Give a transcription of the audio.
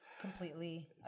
completely